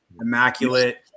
immaculate